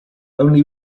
only